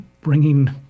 bringing